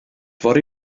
fory